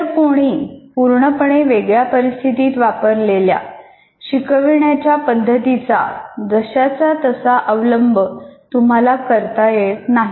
इतर कोणी पूर्णपणे वेगळ्या परिस्थितीत वापरलेल्या शिकवण्याच्या पद्धतीचा जसाच्या तसा अवलंब तुम्हाला करता येत नाही